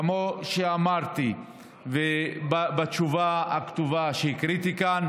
כמו שאמרתי בתשובה הכתובה שהקראתי כאן